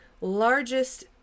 largest